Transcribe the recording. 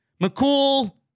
McCool